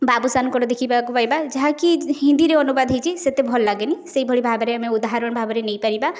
ବାବୁସାନଙ୍କର ଦେଖିବାକୁ ପାଇବା ଯାହାକି ହିନ୍ଦୀରେ ଅନୁବାଦ ହୋଇଛି ସେତେ ଭଲ ଲାଗେନି ସେଇଭଳି ଭାବରେ ଆମେ ଉଦାହରଣ ଭାବରେ ନେଇପାରିବା